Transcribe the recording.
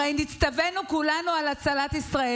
הרי נצטווינו כולנו על הצלת ישראל.